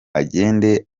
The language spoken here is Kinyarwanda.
agende